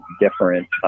different